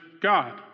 God